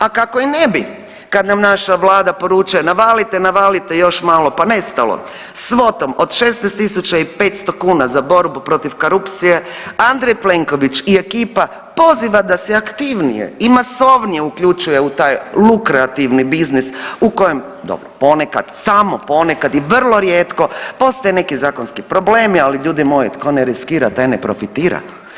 A kako i ne bi kad nam naša Vlada poručuje, navalite, navalite, još malo pa nestalo, svotom od 16 500 kuna za borbu protiv korupcije Andrej Plenković i ekipa poziva da se aktivnije i masovnije uključuje u taj lukreativni biznis u kojem, dobro ponekad, samo ponekad i vrlo rijetko postoje neki zakonski problemi, ali ljudi moji, tko ne riskira, taj ne profitira.